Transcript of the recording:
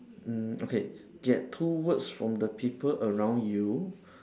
mm okay get two words from the people around you